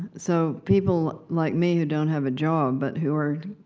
so, people like me who don't have a job, but who are